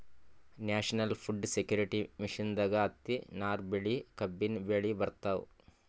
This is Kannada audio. ನ್ಯಾಷನಲ್ ಫುಡ್ ಸೆಕ್ಯೂರಿಟಿ ಮಿಷನ್ದಾಗ್ ಹತ್ತಿ, ನಾರ್ ಬೆಳಿ, ಕಬ್ಬಿನ್ ಬೆಳಿ ಬರ್ತವ್